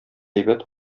әйбәт